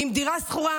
ועם דירה שכורה.